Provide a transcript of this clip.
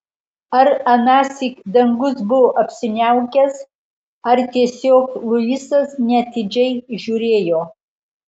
ar anąsyk dangus buvo apsiniaukęs ar tiesiog luisas neatidžiai žiūrėjo